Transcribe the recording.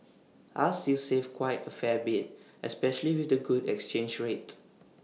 I'll still save quite A fair bit especially with the good exchange rate